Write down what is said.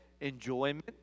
enjoyment